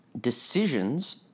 decisions